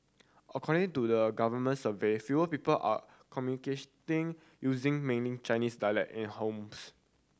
according to the government survey fewer people are communicating using mainly Chinese dialect in homes